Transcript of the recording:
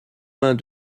mains